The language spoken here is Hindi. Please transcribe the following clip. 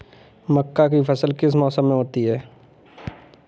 मक्का की फसल किस मौसम में होती है?